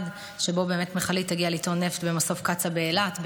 שבו מכלית הגיע לטעון נפט במסוף קצא"א באילת,